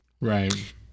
Right